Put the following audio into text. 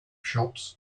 shops